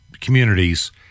communities